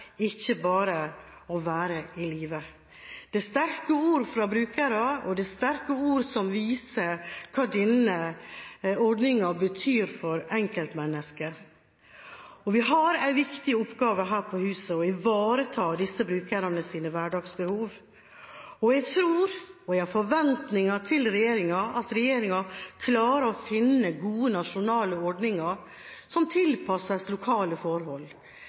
ikke bare å være i live. Det er sterke ord fra brukere, og det er sterke ord som viser hva denne ordningen betyr for enkeltmennesket. Vi har en viktig oppgave her på huset: å ivareta disse brukernes hverdagsbehov. Jeg tror – og jeg har forventninger til – at regjeringen klarer å finne gode nasjonale ordninger som tilpasses lokale forhold.